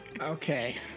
Okay